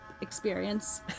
experience